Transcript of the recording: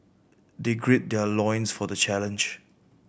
they gird their loins for the challenge